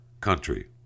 country